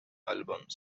albums